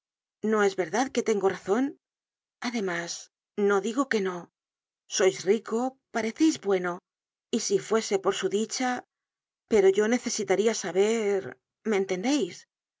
no es verdad que tengo razon además no digo que no sois rico pareceis bueno y si fuese por su dicha pero yo necesitaría saber me entendeis